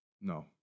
No